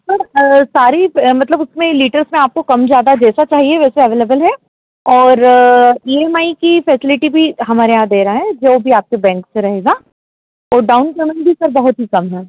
sir sorry मतलब उसमें litres में आपको कम ज़्यादा जैसा चाहिए वैसा अवेलेबल हैं और ई एम आई की फ़ैसिलिटी भी हमारे यहाँ दे रहे हैं जो भी आपके बैंक से रहेगा और डाउन पेमेंट भी सर बहुत ही कम है